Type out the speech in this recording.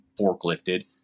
forklifted